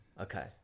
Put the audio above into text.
Okay